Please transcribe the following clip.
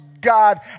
God